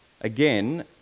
again